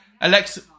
Alexa